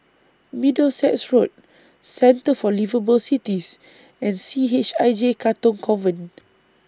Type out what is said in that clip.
Middlesex Road Centre For Liveable Cities and C H I J Katong Convent